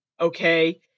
Okay